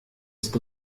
ist